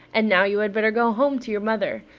and now you had better go home to your mother.